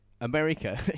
America